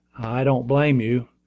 i don't blame you,